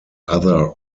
other